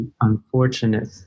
unfortunate